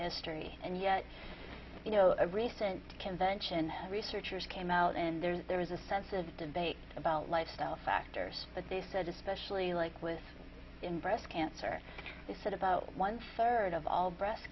history and yet you know a recent convention researchers came out and there's there is a sense of debate about lifestyle factors but they said especially like was in breast cancer he said about one third of all breast